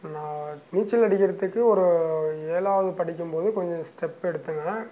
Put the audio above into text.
நான் நீச்சல் அடிக்கிறத்துக்கு ஒரு ஏழாவது படிக்கும் போது கொஞ்சம் ஸ்டெப் எடுத்தேங்க